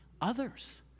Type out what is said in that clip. others